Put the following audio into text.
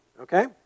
okay